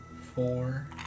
four